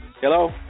Hello